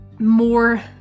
more